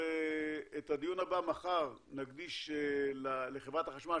את הדיון הבא מחר נקדיש לחברת חשמל,